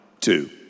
two